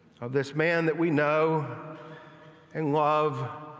of this man that we know and love,